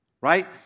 right